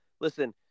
listen